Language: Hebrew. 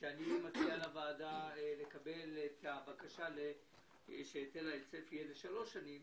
שצריך לקבל את הבקשה שהיטל ההיצף יהיה לשלוש שנים,